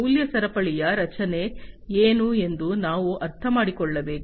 ಮೌಲ್ಯ ಸರಪಳಿಯ ರಚನೆ ಏನು ಎಂದು ನಾವು ಅರ್ಥಮಾಡಿಕೊಳ್ಳಬೇಕು